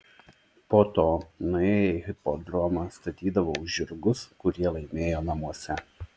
po to nuėję į hipodromą statydavo už žirgus kurie laimėjo namuose